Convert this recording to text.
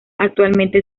actualmente